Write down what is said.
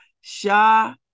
Shah